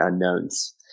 unknowns